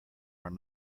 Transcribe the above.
are